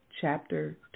Chapter